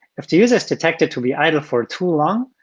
if the user is detected to be idle for too long,